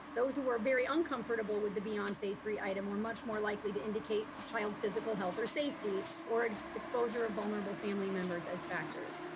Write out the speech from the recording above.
those who were very uncomfortable with the beyond phase three item were much more likely to indicate child's physical health or safety, or exposure of vulnerable family members as factors.